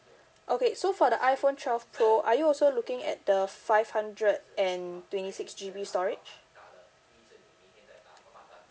okay so for the iphone twelve pro are you also looking at the five hundred and twenty six G_B storage